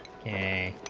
k,